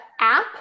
app